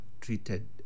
treated